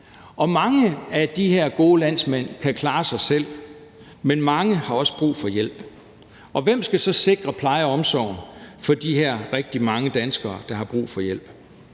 Og mange af de her gode landsmænd kan klare sig selv, men mange har også brug for hjælp. Og hvem skal så sikre plejen og omsorgen for de her rigtig mange danskere, der har brug for hjælp?